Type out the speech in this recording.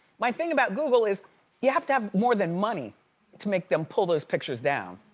my thing about google is you have to have more than money to make them pull those pictures down.